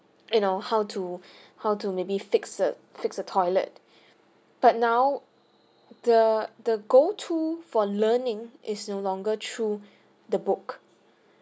you know how to how to maybe fix a fix a toilet but now the the go to for learning is no longer through the book